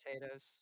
potatoes